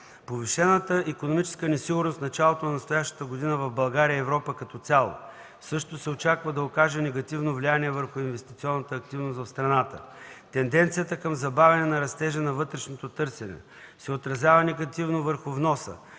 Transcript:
Повишената икономическа несигурност в началото на настоящата година в България и Европа като цяло, също се очаква да окаже негативно влияние върху инвестиционната активност в страната. Тенденцията към забавяне растежа на вътрешното търсене се отразява негативно върху вноса,